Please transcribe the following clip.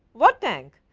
what tank?